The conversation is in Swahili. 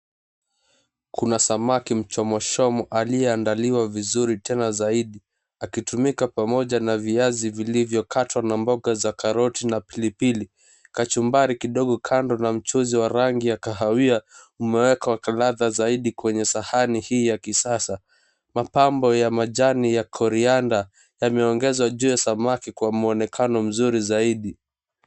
Kuna samaki mchomwachomwa aliyeandaliwa vizuri tena zaidi akitumika pamoja na viazi vilivyokatwa na mboga za karoti na pilipili, kachumbari kidogo kando na mchuzi wa rangi ya kahawia umewekwa ladha zaidi kwenye sahani hii ya kisasa. Mapambo ya majani ya corianda yameongezwa juu ya samaki kwa muonekano mzuri zaidi.